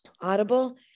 Audible